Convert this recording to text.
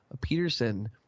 Peterson